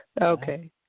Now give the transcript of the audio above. Okay